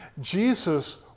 Jesus